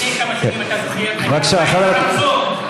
לפני כמה שנים, אתה זוכר, הייתה בעיה של רמזור.